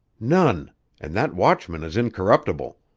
none and that watchman is incorruptible.